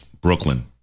Brooklyn